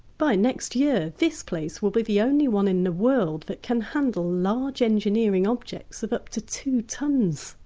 by next year this place will be the only one in the world that can handle large engineering objects of up to two tonnes,